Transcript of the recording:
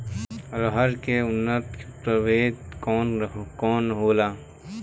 अरहर के उन्नत प्रभेद कौन कौनहोला?